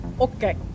Okay